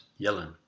Yellen